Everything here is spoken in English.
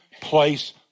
place